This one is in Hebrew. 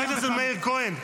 חבר הכנסת מאיר כהן.